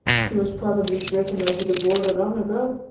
she was probably driven over the border long ago.